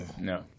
No